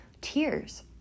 tears